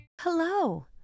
Hello